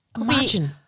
Imagine